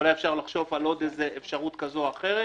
אולי אפשר לחשוב על עוד אפשרות כזו או אחרת,